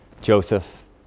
Joseph